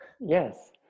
Yes